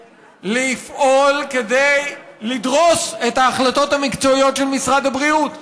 לפעול כדי לדרוס את ההחלטות המקצועיות של משרד הבריאות.